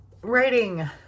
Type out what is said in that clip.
writing